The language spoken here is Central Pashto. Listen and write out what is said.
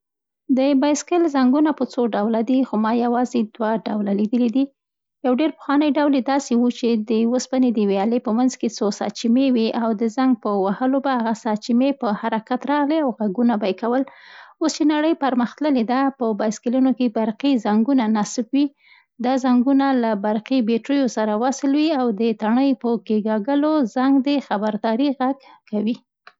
د بایسکل زنګونه په څو ډوله دي خو ما یوازې دوه ډوله لیدلي دي. یوه ډېر پخوانی ډول یې داسې و، چې د اوسپني د یوې الې په منځ کې څو ساچمې وي او د زنګ په وهلو به هغه ساچمې په حرکت راغلې او غږونه به یې کول. اوس چي نړۍ پرمخ تللې ده، په بایسکلونو کې برقي زنګونه نصب وي. دا زنګونه له برقي بېټریو سره وصل وي او د ټنۍ په کېکاږلو زنګ د خبرداري غږ کوي.